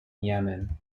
yemen